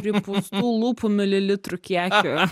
pripūstų lūpų mililitrų kiekiu